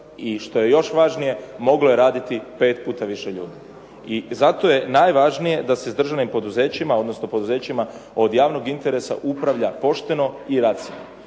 i što je još važnije moglo je raditi 5 puta više ljudi. I zato je najvažnije da se s državnim poduzećima odnosno poduzećima od javnog interesa upravlja pošteno i racionalno.